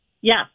Yes